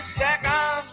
second